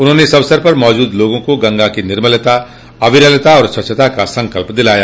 उन्होंने इस अवसर पर मौजूद लोगों को गंगा की निर्मलता अविरलता और स्वच्छता का संकल्प दिलाया